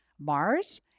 Mars